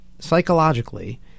psychologically